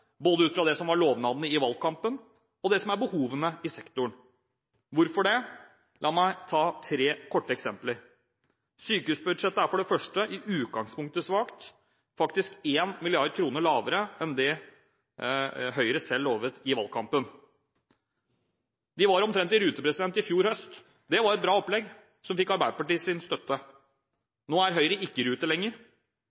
både ut fra det som var lovnadene i valgkampen, og det som er behovene i sektoren. Hvorfor det? La meg ta tre korte eksempler: Punkt nr. 1: Sykehusbudsjettet er i utgangspunktet svakt, faktisk 1 mrd. kr lavere enn det Høyre selv lovet i valgkampen. De var omtrent i rute i fjor høst – det var et bra opplegg, som fikk Arbeiderpartiets støtte.